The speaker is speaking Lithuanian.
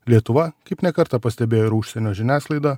lietuva kaip ne kartą pastebėjo ir užsienio žiniasklaida